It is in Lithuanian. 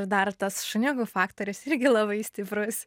dar tas šuniukų faktorius irgi labai stiprus